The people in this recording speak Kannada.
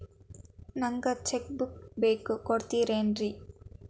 ನಂಗ ಚೆಕ್ ಬುಕ್ ಬೇಕು ಕೊಡ್ತಿರೇನ್ರಿ?